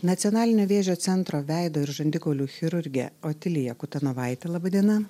nacionalinio vėžio centro veido ir žandikaulių chirurge otilija kutanovaite laba diena